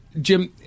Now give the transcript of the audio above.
Jim